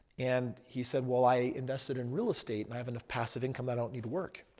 and he said, well, i invested in real estate and i have enough passive income i don't need to work.